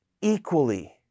equally